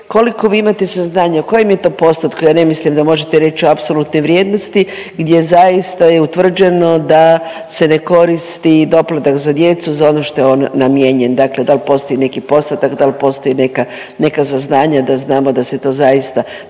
koliko vi imate saznanja u kojem je to postupku? Ja ne mislim da možete reći u apsolutnoj vrijednosti gdje zaista je utvrđeno da se ne koristi doplatak za djecu za ono što je on namijenjen. Dakle, da li postoji neki postotak, da li postoji neka, neka saznanja da znamo da se to zaista